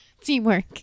Teamwork